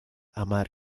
hamar